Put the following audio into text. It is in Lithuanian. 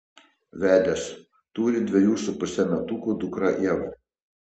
vedęs turi dviejų su puse metukų dukrą ievą